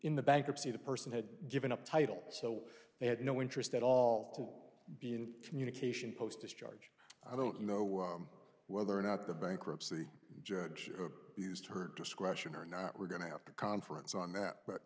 in the bankruptcy the person had given up title so they had no interest at all to be in communication post discharge i don't know why whether or not the bankruptcy judge used her discretion or not we're going to have to conference on that but